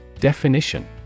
Definition